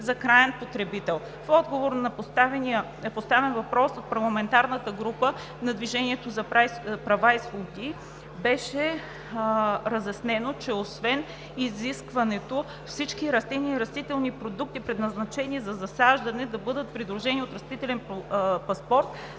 за краен потребител. В отговор на поставен въпрос от парламентарната група на „Движение за права и свободи“ беше разяснено, че освен изискването всички растения и растителни продукти, предназначени за засаждане, да бъдат придружени от растителен паспорт,